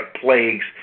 plagues